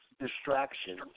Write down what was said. distraction